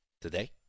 Today